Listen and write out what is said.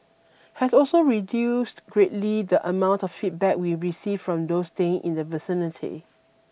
has also reduced greatly the amount of feedback we received from those staying in the vicinity